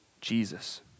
Jesus